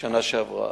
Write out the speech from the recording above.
בשנה שעברה.